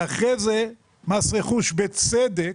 ואחרי זה מס רכוש, בצדק,